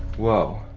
whoa.